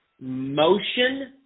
motion